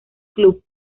club